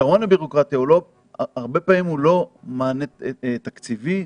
הפתרון לבירוקרטיה הוא הרבה פעמים לא מענה תקציבי,